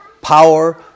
power